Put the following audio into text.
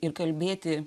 ir kalbėti